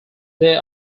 they